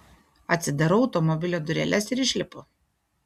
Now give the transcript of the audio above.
atsidarau automobilio dureles ir išlipu